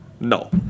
No